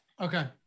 Okay